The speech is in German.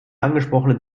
angesprochenen